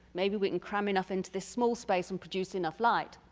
maybe we can cram enough into this small space and produce enough light.